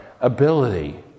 ability